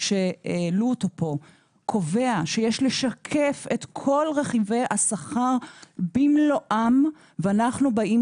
שהעלו אותו כאן קובע שיש לשקף את כל רכיבי השכר במלואם ואנחנו באים